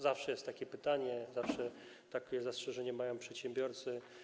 Zawsze jest takie pytanie, zawsze takie zastrzeżenie mają przedsiębiorcy.